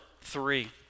three